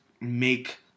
make